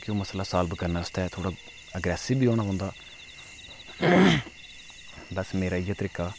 कि मसला सालब करने आस्तै थोह्ड़ा अगरेसिब बी होना पौंदा बस मेरा इयै तरीका